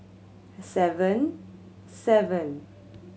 seven seven